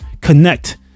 connect